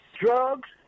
drugs